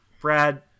Brad